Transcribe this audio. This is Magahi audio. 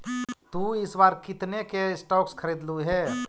तु इस बार कितने के स्टॉक्स खरीदलु हे